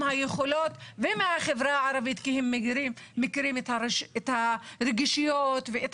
היכולות ומהחברה הערבית כי הם מכירים את הרגישויות ואת